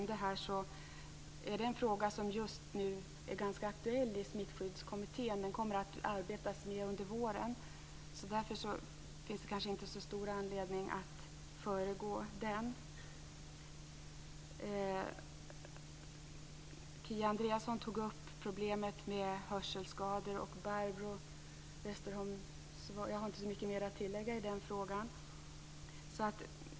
Det är en fråga som just nu är aktuell i Smittskyddskommittén. Arbetet fortgår under våren. Därför finns det inte så stor anledning att föregå det arbetet. Kia Andreasson och Barbro Westerholm tog upp problemet med hörselskador. Jag har inte så mycket mer att tillägga i den frågan.